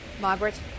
Margaret